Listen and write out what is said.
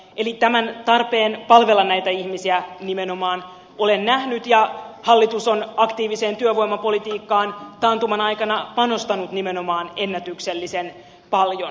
eli tämän tarpeen palvella näitä ihmisiä nimenomaan olen nähnyt ja hallitus on aktiiviseen työvoimapolitiikkaan taantuman aikana panostanut nimenomaan ennätyksellisen paljon